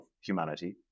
humanity